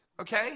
Okay